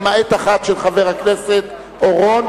למעט אחת של חבר הכנסת אורון,